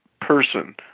person